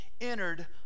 entered